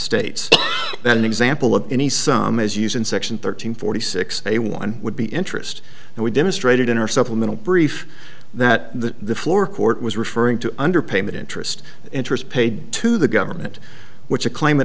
states that an example of any sum is used in section thirteen forty six a one would be interest and we demonstrated in our supplemental brief that the floor court was referring to underpayment interest interest paid to the government which a claima